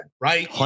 Right